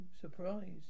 surprise